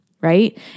right